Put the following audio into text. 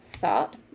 Thought